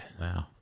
Wow